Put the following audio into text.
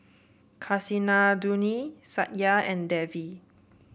Kasinadhuni Satya and Devi